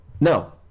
No